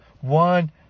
One